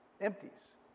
empties